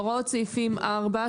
הוראות סעיפים 4,